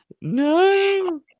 No